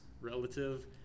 relative